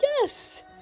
Yes